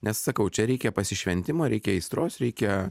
nes sakau čia reikia pasišventimo reikia aistros reikia